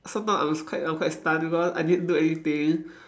sometimes I'm s~ quite I'm quite stunned because I didn't do anything